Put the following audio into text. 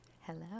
Hello